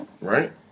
right